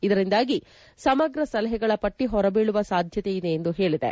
ಇದರಿಂದಾಗಿ ಸಮಗ್ರ ಸಲಹೆಗಳ ಪಟ್ಟಿ ಹೊರಬೀಳುವ ಸಾಧ್ಯತೆಯಿದೆ ಎಂದು ಹೇಳಿದೆ